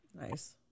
Nice